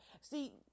See